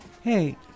hey